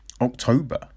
October